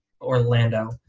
Orlando